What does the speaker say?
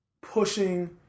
pushing